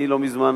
אני לא מזמן,